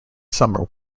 summer